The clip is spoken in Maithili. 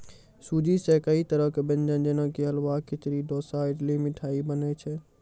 सूजी सॅ कई तरह के व्यंजन जेना कि हलवा, खिचड़ी, डोसा, इडली, मिठाई बनै छै